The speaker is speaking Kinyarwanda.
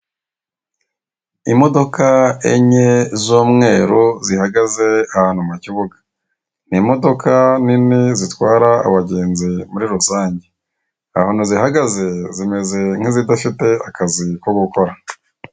Imodoka enye z'umweru zihagaze ahantu mu kibuga, ni imodoka nini zitwara abagenzi muri rusange, ahantu zihagaze zimeze nk'izidafite akazi ko gukora.